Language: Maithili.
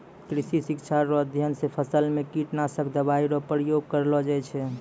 कृषि शिक्षा रो अध्ययन से फसल मे कीटनाशक दवाई रो प्रयोग करलो जाय छै